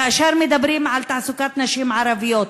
כאשר מדברים על תעסוקת נשים ערביות,